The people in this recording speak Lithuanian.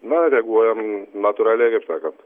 na reaguojam natūraliai kaip sakant